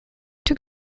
took